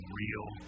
real